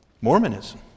Mormonism